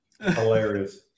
Hilarious